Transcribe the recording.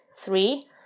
three